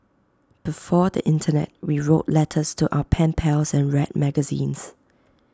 before the Internet we wrote letters to our pen pals and read magazines